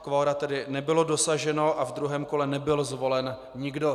Kvora tedy nebylo dosaženo a ve druhém kole nebyl zvolen nikdo.